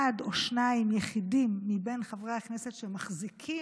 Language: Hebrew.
אחד או שניים, יחידים, מבין חברי הכנסת שמחזיקים